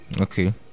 Okay